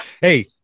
Hey